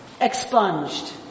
expunged